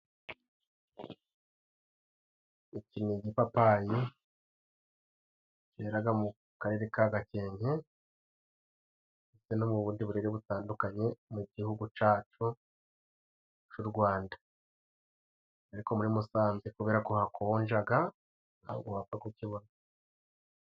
Iki ni igipapayi cyera ga mu karere ka Gakenke ndetse no mu bundi burere butandukanye mu gihugu cacu c'u Rwanda .Ariko muri Musanze kubera ko hakonjaga, ntago wapfa kukibona.